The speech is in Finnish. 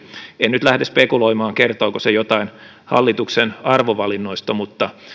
en nyt lähde spekuloimaan siitä kertooko se jotain hallituksen arvovalinnoista mutta